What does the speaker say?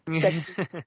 sexy